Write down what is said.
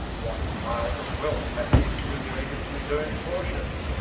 what piles of wealth hath he accumulated to his owne portion?